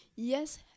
yes